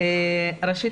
ראשית